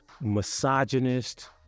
misogynist